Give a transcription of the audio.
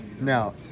Now